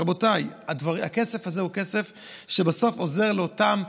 רבותיי, הכסף הזה הוא כסף שבסוף עזור לאותם,